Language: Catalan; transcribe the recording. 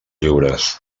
lliures